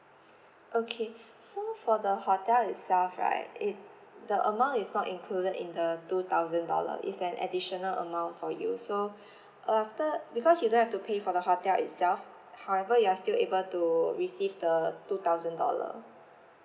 okay so for the hotel itself right it the amount is not included in the two thousand dollar it's an additional amount for you so uh after because you don't have to pay for the hotel itself however you are still able to receive the two thousand dollar